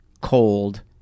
cold